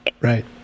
Right